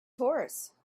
horse